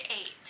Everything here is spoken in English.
eight